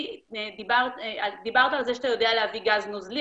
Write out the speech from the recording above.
דיברת על זה שאתה יודע להביא גז נוזלי,